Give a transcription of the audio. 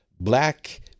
black